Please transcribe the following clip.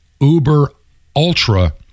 uber-ultra